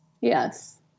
Yes